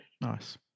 Nice